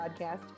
podcast